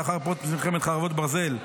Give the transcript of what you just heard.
לאחר פרוץ מלחמת חרבות ברזל,